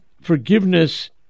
forgiveness